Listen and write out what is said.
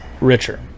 richer